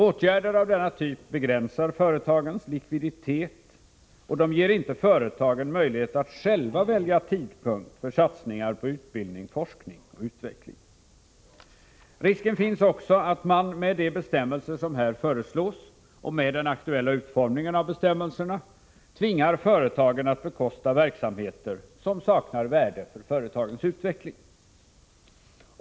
Åtgärder av denna typ begränsar företagens likviditet, och de ger inte företagen möjlighet att själva välja tidpunkt för satsningar på utbildning, forskning och utveckling. Risken finns också att man med de bestämmelser som här föreslås och med den aktuella utformningen av dessa bestämmelser tvingar företagen att bekosta verksamheter som saknar värde för företagens utveckling.